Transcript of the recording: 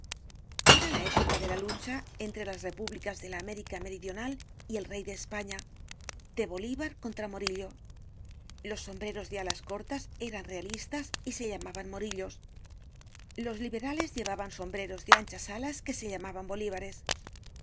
era la época de la lucha entre las repúblicas de la américa meridional y el rey de españa de bolivar contra morillo los sombreros de alas cortas eran realistas y se llamaban morillos los liberales llevaban sombreros de anchas alas que se llamaban bolivares